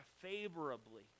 favorably